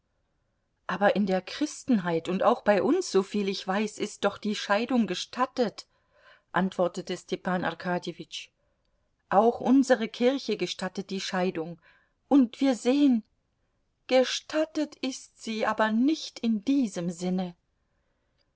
aber in der christenheit und auch bei uns soviel ich weiß ist doch die scheidung gestattet antwortete stepan arkadjewitsch auch unsere kirche gestattet die scheidung und wir sehen gestattet ist sie aber nicht in diesem sinne